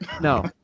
no